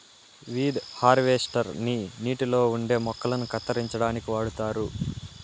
weed harvester ని నీటిలో ఉండే మొక్కలను కత్తిరించడానికి వాడుతారు